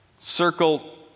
Circle